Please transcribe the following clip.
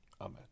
Amen